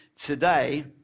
today